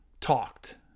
talked